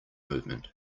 movement